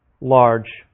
large